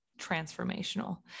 transformational